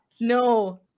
No